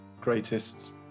greatest